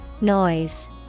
Noise